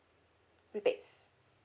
rebates